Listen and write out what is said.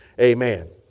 Amen